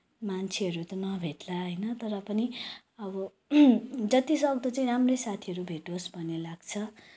मान्छेहरू त नभेट्ला होइन तर पनि अब जति सक्दो चाहिँ राम्रै साथीहरू भेटोस् भन्ने लाग्छ